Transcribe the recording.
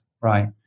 Right